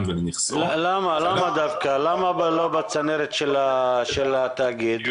ולנכסו --- למה לא בצנרת של התאגיד?